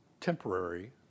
temporary